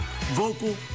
vocal